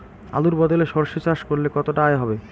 আলুর বদলে সরষে চাষ করলে কতটা আয় হবে?